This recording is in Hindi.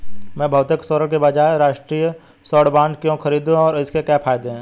मैं भौतिक स्वर्ण के बजाय राष्ट्रिक स्वर्ण बॉन्ड क्यों खरीदूं और इसके क्या फायदे हैं?